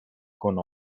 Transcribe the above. con